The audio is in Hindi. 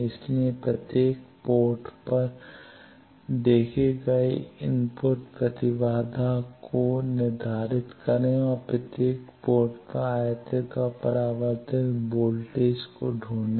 इसलिए प्रत्येक पोर्ट पर देखे गए इनपुट प्रतिबाधा को निर्धारित करें और प्रत्येक पोर्ट पर आयातित और परावर्तित वोल्टेज को ढूंढें